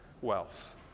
wealth